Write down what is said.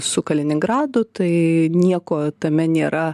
su kaliningradu tai nieko tame nėra